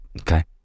Okay